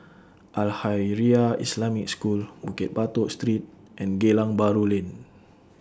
Al Khairiah Islamic School Bukit Batok Street and Geylang Bahru Lane